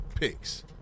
picks